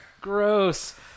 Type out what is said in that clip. gross